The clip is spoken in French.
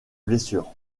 blessures